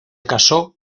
casó